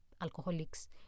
alcoholics